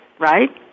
right